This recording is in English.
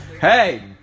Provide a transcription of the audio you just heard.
Hey